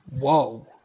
Whoa